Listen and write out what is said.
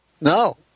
No